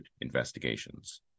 investigations